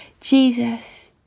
Jesus